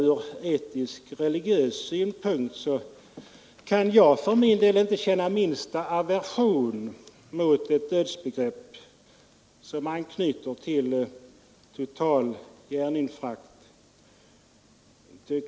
Från etisk-religiös synpunkt kan jag för min del inte känna minsta aversion mot ett dödsbegrepp, som anknyter till total hjärninfarkt.